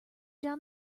down